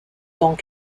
temps